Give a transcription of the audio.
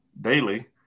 daily